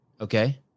okay